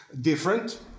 different